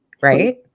right